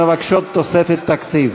לשנת 2015, שמבקשות תוספת תקציב.